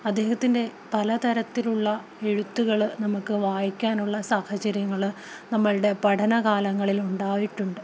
അദ്ദേഹത്തിൻ്റെ പലതരത്തിലുള്ള എഴുത്തുകള് നമുക്ക് വായിക്കാനുള്ള സാഹചര്യങ്ങള് നമ്മുടെ പഠനകാലങ്ങളില് ഉണ്ടായിട്ടുണ്ട്